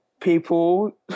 people